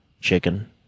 chicken